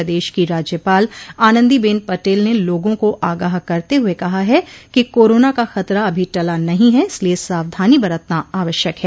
प्रदेश की राज्यपाल आनंदीबेन पटेल ने लोगों को आगाह करते हुए कहा है कि कोरोना का खतरा अभी टला नहीं है इसलिए सावधानी बरतना आवश्यक है